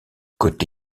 côté